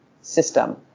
system